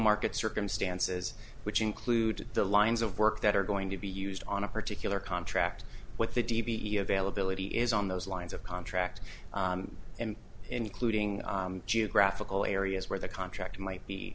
market circumstances which include the lines of work that are going to be used on a particular contract what the d b e availability is on those lines of contract and including geographical areas where the contract might be